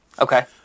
Okay